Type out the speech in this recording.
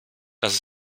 dass